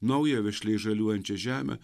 naują vešliai žaliuojančią žemę